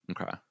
okay